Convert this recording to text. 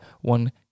one